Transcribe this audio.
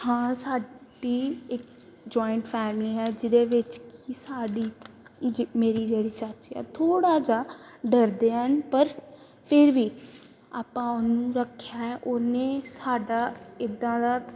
ਹਾਂ ਸਾਡੀ ਇੱਕ ਜੁਇੰਟ ਫੈਮਿਲੀ ਹੈ ਜਿਹਦੇ ਵਿੱਚ ਕਿ ਸਾਡੀ ਜ ਮੇਰੀ ਜਿਹੜੀ ਚਾਚੀ ਹੈ ਥੋੜ੍ਹਾ ਜਿਹਾ ਡਰਦੇ ਹੈ ਪਰ ਫਿਰ ਵੀ ਆਪਾਂ ਉਹਨੂੰ ਰੱਖਿਆ ਹੈ ਉਹਨੇ ਸਾਡਾ ਇੱਦਾਂ ਦਾ